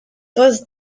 was